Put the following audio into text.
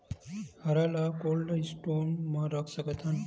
हरा ल cold store म रख सकथन?